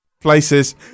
Places